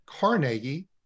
Carnegie